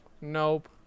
Nope